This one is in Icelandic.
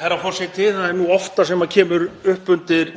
Herra forseti. Það er nú oftast sem maður kemur upp undir